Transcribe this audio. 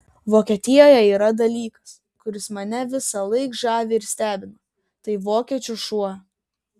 vokietijoje yra dalykas kuris mane visąlaik žavi ir stebina tai vokiečių šuo